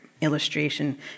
illustration